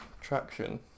traction